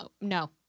no